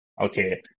Okay